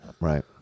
Right